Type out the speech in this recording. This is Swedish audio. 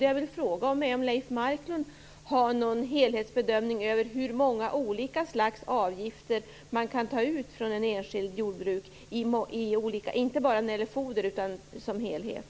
Jag vill fråga om Leif Marklund har någon helhetsbedömning av hur många slags avgifter man kan ta ut från en enskild jordbrukare, inte bara när det gäller foder utan som helhet.